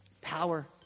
power